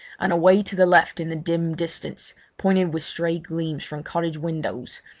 and away to the left in the dim distance, pointed with stray gleams from cottage windows,